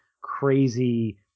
crazy